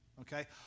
Okay